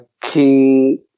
King